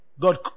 God